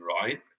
right